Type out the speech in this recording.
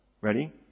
Ready